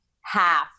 half